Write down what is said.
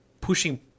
pushing